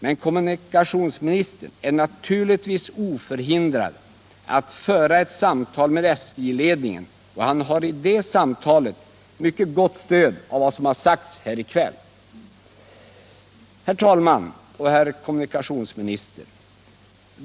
Men kommunikationsministern är naturligtvis oförhindrad att föra ett samtal med SJ-ledningen, och i det samtalet har han ett mycket gott stöd av vad som har sagts här i kväll. Herr talman och herr kommunikationsminister!